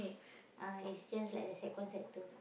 ah is just like the sec one sec two